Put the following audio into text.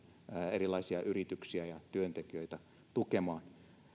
erilaisia yrityksiä ja työntekijöitä tukemaan